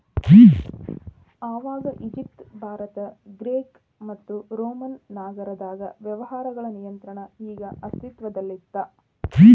ಆವಾಗ Egypt Bharat Greek ಮತ್ತು Roman ನಾಗರದಾಗ ವ್ಯವಹಾರಗಳ ನಿಯಂತ್ರಣ ಆಗ ಅಸ್ತಿತ್ವದಲ್ಲಿತ್ತ